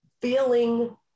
feeling